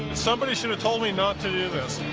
somebody should have told me not to do this.